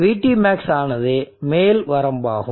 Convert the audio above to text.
VTmax ஆனது மேல் வரம்பாகும்